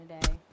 today